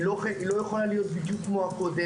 היא לא יכולה להיות בדיוק כמו הקודמת.